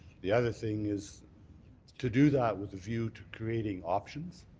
the other thing is to do that with a view to creating options.